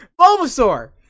Bulbasaur